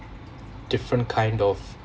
different kind of